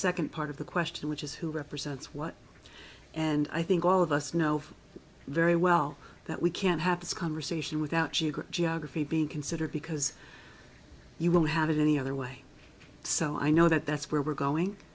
second part of the question which is who represents what and i think all of us know very well that we can't have this conversation without geography being considered because you don't have it any other way so i know that that's where we're going